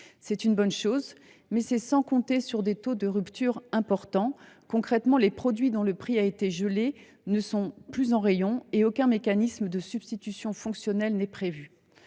certes une bonne chose, mais ses effets sont entravés par des taux de rupture importants. Concrètement, les produits dont le prix a été gelé ne sont plus en rayon et aucun mécanisme de substitution fonctionnelle n’est prévu.